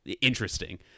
interesting